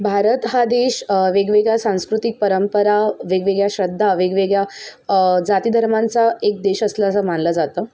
भारत हा देश वेगवेगळ्या सांस्कृतिक परंपरा वेगवेगळ्या श्रद्धा वेगवेगळ्या जातीधर्मांचा एक देश असलं असं मानलं जातं